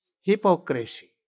hypocrisy